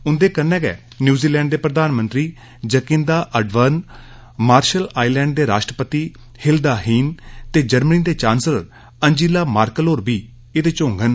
उंदे कन्नै न्यूजीलैंड दे प्रधानमंत्री जकीदा अड़रर्ण मार्शल आईलैंड दे राश्ट्रपति हिलदा हीन ते जर्मनी दे चांसलर अंजीला मार्कल होर बी होंगन